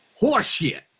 horseshit